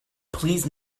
please